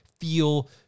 feel